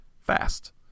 fast